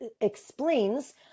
explains